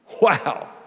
Wow